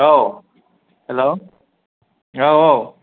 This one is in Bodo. औ हेलौ औ औ